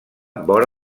vora